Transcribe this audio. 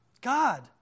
God